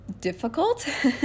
difficult